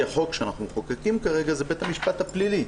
החוק שאנחנו מחוקקים כרגע הוא בית המשפט הפלילי.